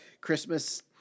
Christmas